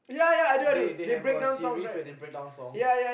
they they have a series where they breakdown songs